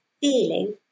feeling